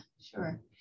sure